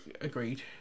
agreed